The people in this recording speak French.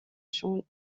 champ